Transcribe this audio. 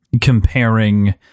comparing